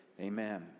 amen